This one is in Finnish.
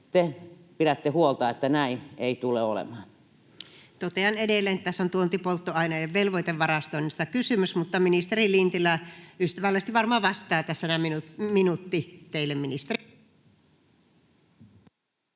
te pidätte huolta, että näin ei tule olemaan? Totean edelleen, että tässä on tuontipolttoaineiden velvoitevarastoinnista kysymys, mutta ministeri Lintilä ystävällisesti varmaan vastaa. — Tässä noin minuutti teille,